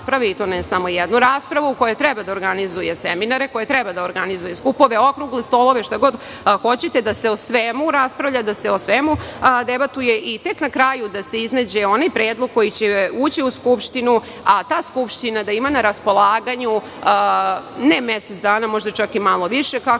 i to ne samo jednu raspravu, koja treba da organizuje seminare, koja treba da organizuje skupove, okrugle stolove, šta god hoćete, da se o svemu raspravlja, da se o svemu debatuje i tek na kraju da se iznađe onaj predlog koji će ući u Skupštinu, a ta Skupština da ima na raspolaganju ne mesec dana, možda čak i malo više, kako